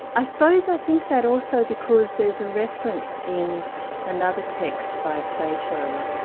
i suppose i think that also because there's a reference in another text by plato,